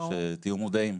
שתהיו מודעים.